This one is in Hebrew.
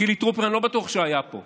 חילי טרופר, אני לא בטוח שהיה פה.